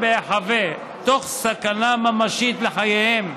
בהיחבא, תוך סכנה ממשית לחייהם,